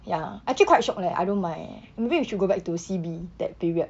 ya actually quite shiok leh I don't mind eh maybe we should go back to C_B that period